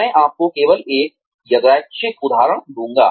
मैं आपको केवल एक यादृच्छिक उदाहरण दूँगा